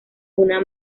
una